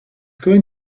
going